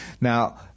Now